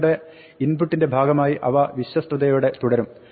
നിങ്ങളുടെ ഇൻപുട്ടിന്റെ ഭാഗമായി അവ വിശ്വസ്തതയോടെ തുടരും